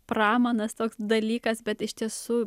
pramanas toks dalykas bet iš tiesų